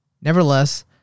Nevertheless